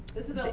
this is ah